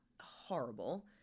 horrible